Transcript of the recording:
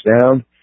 down